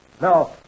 Now